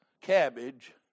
cabbage